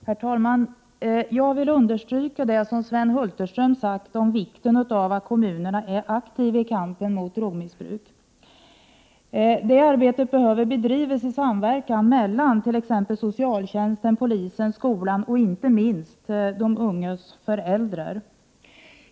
Herr talman! Jag vill understryka det Sven Hulterström sagt om vikten av att kommunerna är aktiva i kampen mot drogmissbruk. Det arbetet behöver bedrivas i samverkan mellan t.ex. socialtjänsten, polisen, skolan och inte minst de ungas föräldrar.